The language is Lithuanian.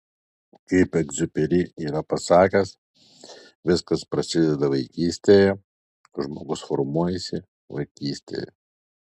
kaip egziuperi yra pasakęs viskas prasideda vaikystėje žmogus formuojasi vaikystėje